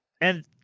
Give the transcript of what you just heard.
And-